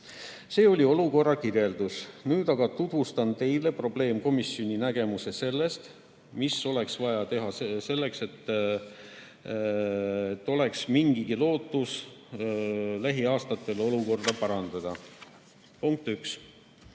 See oli olukorra kirjeldus. Nüüd aga tutvustan teile probleemkomisjoni nägemust sellest, mis oleks vaja teha selleks, et oleks mingigi lootus lähiaastatel olukorda parandada. Punkt üks,